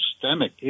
systemic